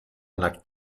einer